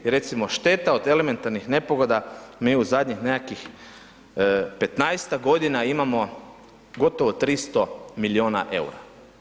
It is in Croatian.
I recimo šteta od elementarnih nepogoda mi u zadnjih nekakvih 15-tak godina imamo gotovo 300 miliona EUR-a.